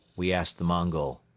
we asked the mongol.